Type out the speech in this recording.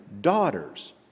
daughters